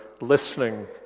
listening